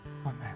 Amen